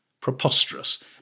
preposterous